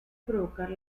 provocar